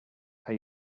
are